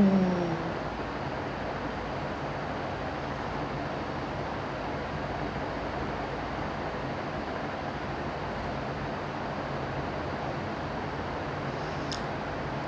mm